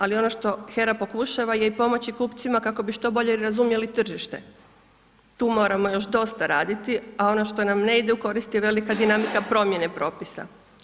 Ali ono što HERA pokušava je i pomoći kupcima kako bi što bolje razumjeli tržite, tu moramo još dosta raditi, a ono što nam ne ide u korist je velika dinamika promjene propisa.